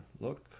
look